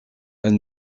elle